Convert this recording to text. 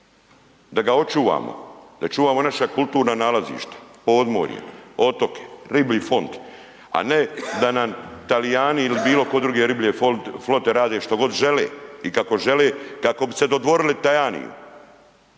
Da ga očuvamo, da čuvamo naša kulturna nalazišta, podmorje, otoke, riblji fond, a ne da nam Talijani ili bilo tko druge riblje flote rade što god žele i kako žele, kako bi se dodvorili Tajaniju